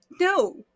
no